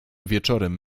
wieczorem